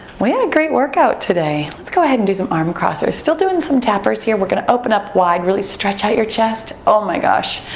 we had a great workout today. let's go ahead and do some arm crossers. still doing some tappers here, we're gonna open up wide, really stretch out your chest. oh my gosh.